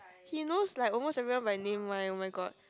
he knows like almost everyone by name my oh my god